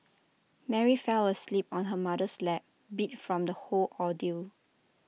Mary fell asleep on her mother's lap beat from the whole ordeal